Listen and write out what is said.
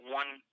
one